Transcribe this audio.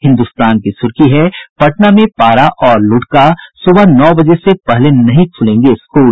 हिन्दुस्तान की सुर्खी है पटना में पारा और लुढ़का सुबह नौ बजे से पहले नहीं ख़ुलेंगे स्कूल